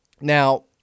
Now